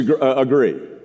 agree